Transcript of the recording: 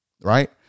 Right